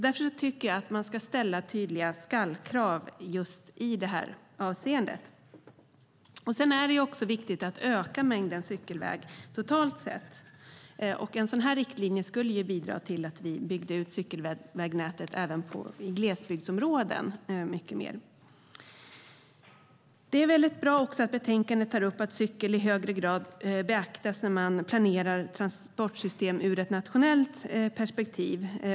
Därför tycker jag att man ska ställa tydliga skall-krav i det avseendet. Det är också viktigt att öka mängden cykelväg totalt sett. En sådan riktlinje skulle kunna bidra till att vi byggde ut cykelvägnätet även i glesbygdsområden. Det är mycket bra att betänkandet tar upp att cykling i högre grad beaktas när man planerar transportsystem ur ett nationellt perspektiv.